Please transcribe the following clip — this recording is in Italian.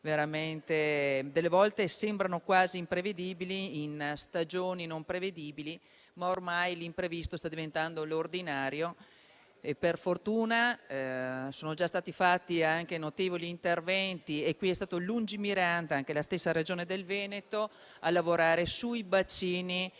a volte sembrano quasi imprevedibili, in stagioni non prevedibili, ma ormai l'imprevisto sta diventando ordinario. Per fortuna, sono già stati fatti notevoli interventi. È stata lungimirante la Regione Veneto che ha lavorato sui bacini